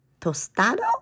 Tostado